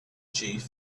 chief